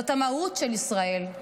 זו המהות של ישראל.